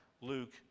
Luke